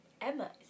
Emma